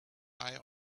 eye